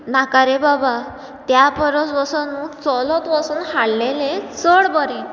नाका रे बाबा त्या परस वचून न्हू चलत वचून हाडलेलें चड बरें